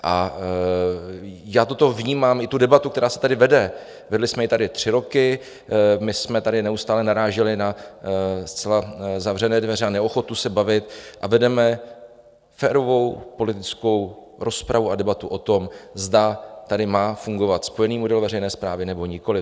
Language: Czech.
A já toto vnímám, i tu debatu, která se tady vede, vedli jsme ji tady tři roky my jsme tady neustále naráželi na zcela zavřené dveře a neochotu se bavit, a vedeme férovou politickou rozpravu a debatu o tom, zda tady má fungovat spojený model veřejné správy, nebo nikoliv.